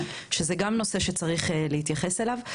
שזה גם נושא שצריך להתייחס אליו.